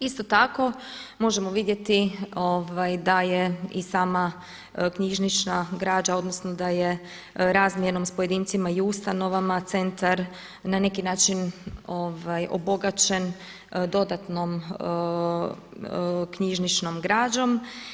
Isto tako možemo vidjeti da je i sama knjižnična građa odnosno da je razmjernom s pojedincima i ustanovama centar na neki način obogaćen dodatnom knjižničnom građom.